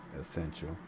essential